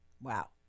Wow